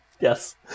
yes